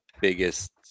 biggest